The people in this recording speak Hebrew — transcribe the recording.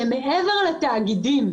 שמעבר לתאגידים